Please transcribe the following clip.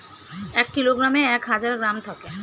এক কিলোগ্রামে এক হাজার গ্রাম থাকে